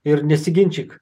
ir nesiginčyk